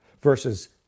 Versus